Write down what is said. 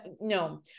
no